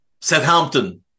Southampton